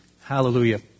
Hallelujah